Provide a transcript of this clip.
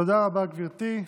תודה רבה, גברתי.